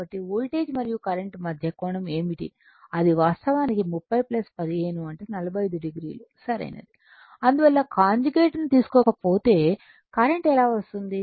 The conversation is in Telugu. కాబట్టి వోల్టేజ్ మరియు కరెంట్ మధ్య కోణం ఏమిటి అది వాస్తవానికి 30 15 అంటే 45 o సరైనది అందువల్ల కాంజుగేట్ను తీసుకోకపోతే కరెంట్ ఎలా వస్తుంది